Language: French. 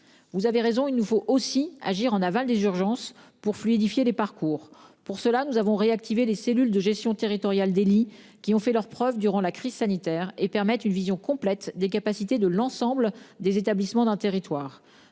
Vous avez raison, il nous faut aussi agir en aval des urgences pour fluidifier les parcours pour cela nous avons réactiver les cellules de gestion territoriale délits qui ont fait leurs preuves durant la crise sanitaire et permettent une vision complète des capacités de l'ensemble des établissements d'un territoire.